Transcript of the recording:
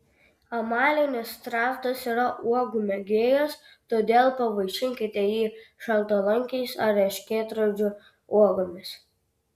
amalinis strazdas yra uogų mėgėjas todėl pavaišinkite jį šaltalankiais ar erškėtrožių uogomis